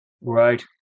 Right